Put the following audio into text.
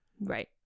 Right